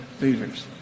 leaders